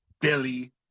Billy